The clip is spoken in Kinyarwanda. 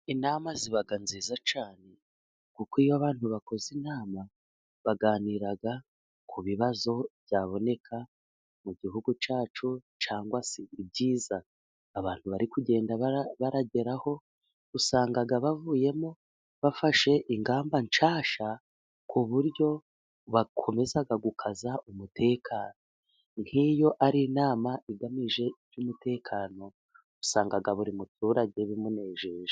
Inama iba nziza cyane kuko iyo abantu bakoze inama baganira ku bibazo byaboneka mu gihugu cyacu cyangwa se ibyiza abantu bari kugenda bageraho, usanga bavuyemo bafashe ingamba nshyashya ku buryo bakomeza gukaza umutekano, nk'iyo ari inama igamije iby'umutekano usanga buri muturage bimunejeje.